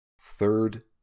Third